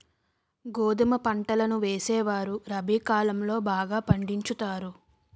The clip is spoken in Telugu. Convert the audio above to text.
గోధుమ పంటలను వేసేవారు రబి కాలం లో బాగా పండించుతారు